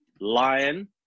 lion